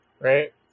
Right